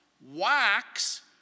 Wax